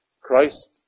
Christ